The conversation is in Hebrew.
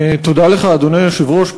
תודה לך, אדוני היושב-ראש.